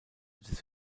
des